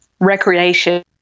recreation